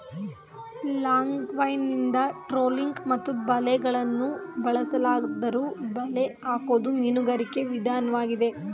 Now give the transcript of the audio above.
longlining trolling ಮತ್ತು ಬಲೆಗಳನ್ನು ಬಳಸಲಾದ್ದರೂ ಬಲೆ ಹಾಕೋದು ಮೀನುಗಾರಿಕೆ ವಿದನ್ವಾಗಿದೆ